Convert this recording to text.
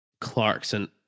Clarkson